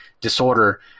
disorder